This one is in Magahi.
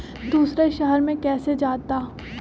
दूसरे शहर मे कैसे जाता?